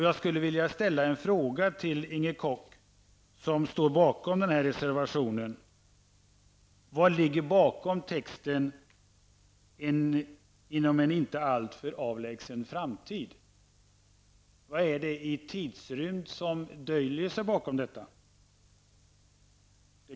Jag skulle vilja ställa en fråga till Inger Koch, som står bakom den här reservationen: Vad ligger bakom orden ''inom en inte alltför avlägsen framtid?'' Vilken tidsrymd döljer sig bakom detta?